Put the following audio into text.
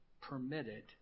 permitted